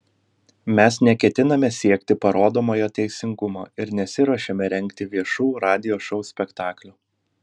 mes neketiname siekti parodomojo teisingumo ir nesiruošiame rengti viešų radijo šou spektaklių